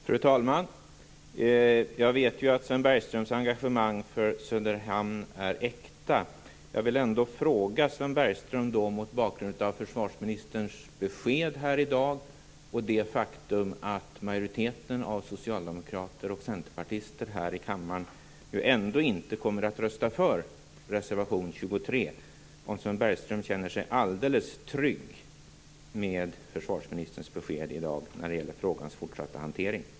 Fru talman! Jag vet att Sven Bergströms engagemang för Söderhamn är äkta. Mot bakgrund av försvarsministerns besked här i dag och det faktum att majoriteten av socialdemokrater och centerpartister här i kammaren ändå inte kommer att rösta för reservation 23, vill jag fråga om Sven Bergström känner sig helt trygg med försvarsministerns besked i dag när det gäller frågans fortsatta hantering.